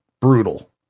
brutal